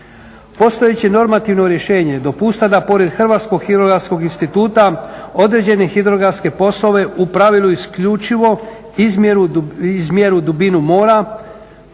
Postojeće normativno rješenje dopušta da pored Hrvatskog hidrografskog instituta određene hidrografske poslove u pravilu isključivo izmjeru dubinu mora